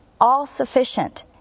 all-sufficient